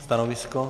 Stanovisko?